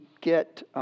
get